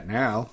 now